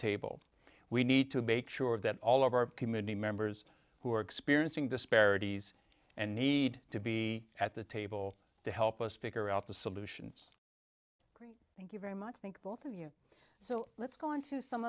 table we need to make sure that all of our committee members who are experiencing disparities and need to be at the table to help us figure out the solutions thank you very much i think both of you so let's go on to some